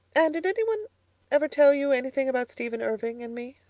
anne, did anyone ever tell you anything about stephen irving and me?